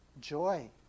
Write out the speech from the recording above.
joy